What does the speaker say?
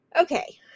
Okay